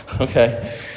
okay